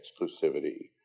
exclusivity